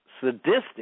sadistic